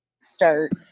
start